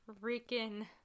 freaking